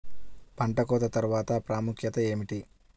పంట కోత తర్వాత ప్రాముఖ్యత ఏమిటీ?